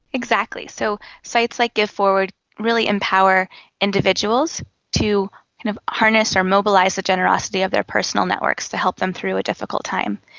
exactly. so sites like giveforward really empower individuals to kind of harness or mobilise the generosity of their personal networks to help them through a difficult time.